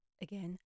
again